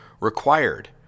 required